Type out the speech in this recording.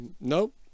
nope